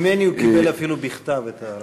ממני הוא קיבל אפילו בכתב את הערכתי.